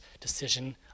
decision